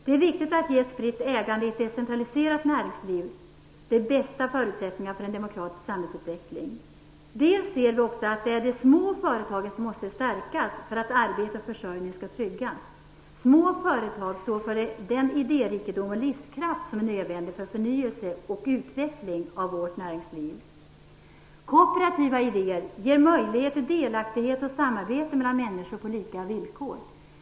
Det är viktigt att ge ett spritt ägande i ett decentraliserat näringsliv de bästa förutsättningar för en demokratisk samhällsutveckling. Vi ser att det är de små företagen som måste stärkas för att arbete och försörjning skall tryggas. Små företag står för den idérikedom och livskraft som är nödvändig för förnyelse och utveckling av vårt näringsliv. Kooperativa idéer ger möjlighet till delaktighet och samarbete mellan människor på lika villkor.